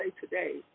today